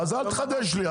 אל תחדש לי.